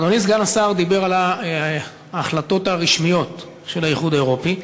אדוני סגן השר דיבר על ההחלטות הרשמיות של האיחוד האירופי.